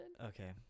Okay